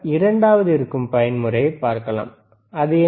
இரண்டாவதாக இருக்கும் பயன்முறையை பார்க்கலாம் அது என்ன